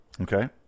Okay